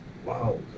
wow